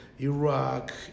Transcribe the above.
Iraq